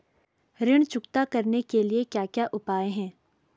ऋण चुकता करने के क्या क्या उपाय हैं?